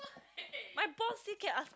my boss still can ask me